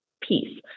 peace